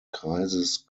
kreises